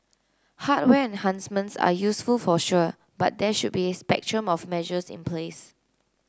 hardware enhancements are useful for sure but there should be a spectrum of measures in place